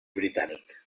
britànic